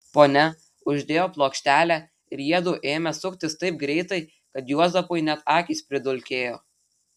ponia uždėjo plokštelę ir jiedu ėmė suktis taip greitai kad juozapui net akys pridulkėjo